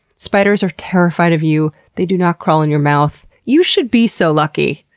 spiders are terrified of you. they do not crawl in your mouth. you should be so lucky,